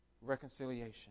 Reconciliation